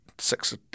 six